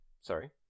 Sorry